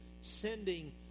sending